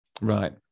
Right